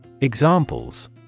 Examples